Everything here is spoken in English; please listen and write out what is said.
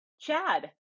Chad